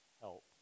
help